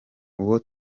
uwo